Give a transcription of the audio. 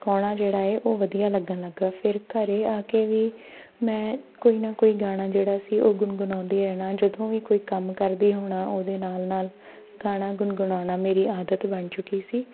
ਗਾਉਣਾ ਜਿਹੜਾ ਹੈ ਉਹ ਵਧੀਆ ਲੱਗਣ ਲੱਗਿਆ ਫਿਰ ਘਰ ਆ ਕੇ ਵੀ ਮੈਂ ਕੋਈ ਨਾ ਕੋਈ ਗਾਣਾ ਜਿਹੜਾ ਸੀ ਉਹ ਗੁਣਗੁਣਾਉਂਦੀ ਰਹਿਣਾ ਜਦੋਂ ਵੀ ਕੋਈ ਕੰਮ ਕਰਦੀ ਹੋਣਾ ਉਹਦੇ ਨਾਲ ਨਾਲ ਗਾਣਾ ਗੁਣਗੁਣਾਉਣਾ ਮੇਰੀ ਆਦਤ ਬਣ ਚੁੱਕੀ ਸੀ